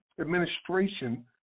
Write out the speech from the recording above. administration